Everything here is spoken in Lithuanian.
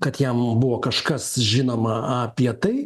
kad jam buvo kažkas žinoma apie tai